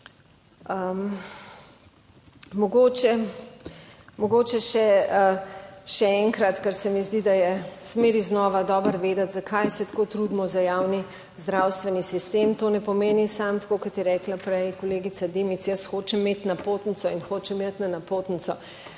Mogoče še enkrat, ker se mi zdi, da je zmeraj znova dobro vedeti, zakaj se tako trudimo za javni zdravstveni sistem. To ne pomeni samo tako, kot je rekla prej kolegica Dimic, jaz hočem imeti napotnico in hočem iti na napotnico.